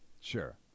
Sure